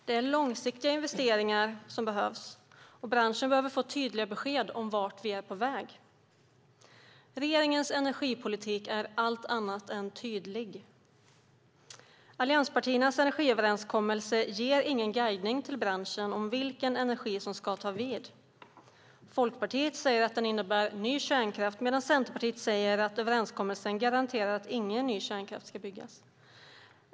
Det är långsiktiga investeringar som behövs, och branschen behöver få tydliga besked om vart vi är på väg. Regeringens energipolitik är allt annat än tydlig. Allianspartiernas energiöverenskommelse ger ingen guidning till branschen om vilken energi som ska ta vid. Folkpartiet säger att överenskommelsen innebär ny kärnkraft, medan Centerpartiet säger att den garanterar att ingen ny kärnkraft ska byggas.